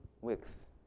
weeks